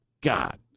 God